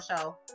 show